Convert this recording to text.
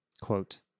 quote